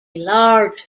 large